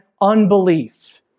unbelief